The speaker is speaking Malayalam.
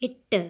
എട്ട്